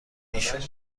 ایشونا